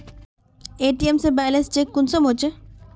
ATM से balance check कुंसम होचे?